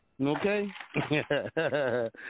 okay